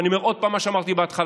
ואני אומר עוד פעם מה שאמרתי בהתחלה: